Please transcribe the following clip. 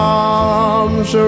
arms